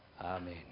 Amen